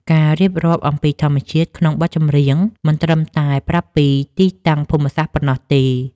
ការរៀបរាប់អំពីធម្មជាតិក្នុងបទចម្រៀងមិនត្រឹមតែប្រាប់ពីទីតាំងភូមិសាស្ត្រប៉ុណ្ណោះទេ។